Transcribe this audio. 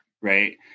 Right